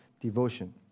devotion